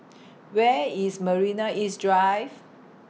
Where IS Marina East Drive